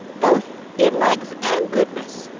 both in legs and goodness.